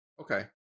Okay